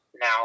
now